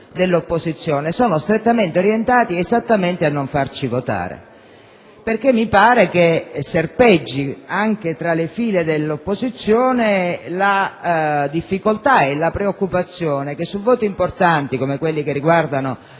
dell'opposizione sono strettamente orientati a non farci votare. Mi pare che serpeggi, anche tra le file dell'opposizione, la difficoltà e la preoccupazione per il fatto che, su voti importanti come quelli che riguardano